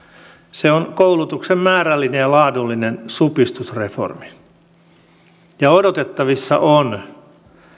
se on koulutuksen määrällinen ja laadullinen supistusreformi ja odotettavissa on